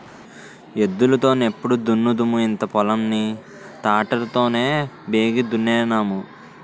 ఎద్దులు తో నెప్పుడు దున్నుదుము ఇంత పొలం ని తాటరి తోనే బేగి దున్నేన్నాము